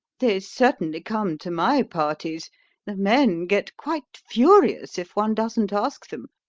they certainly come to my parties the men get quite furious if one doesn't ask them.